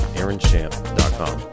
aaronchamp.com